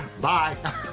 Bye